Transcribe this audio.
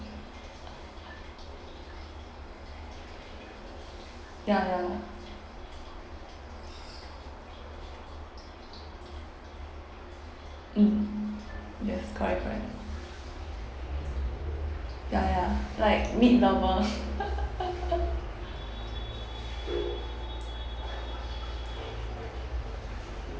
ya ya mm yes correct correct ya ya like meat lover